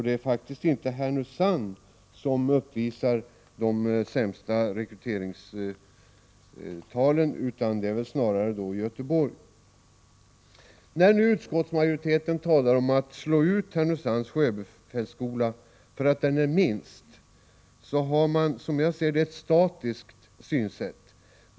Det är faktiskt inte Härnösand som uppvisar de sämsta rekryteringstalen, utan det är snarare Göteborg. När utskottsmajoriteten talar om att slå ut Härnösands sjöbefälsskola, därför att den är minst, har man, som jag ser det, ett statiskt synsätt.